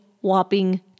whopping